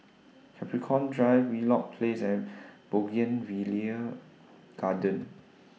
Capricorn Drive Wheelock Place and Bougainvillea Garden